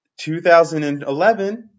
2011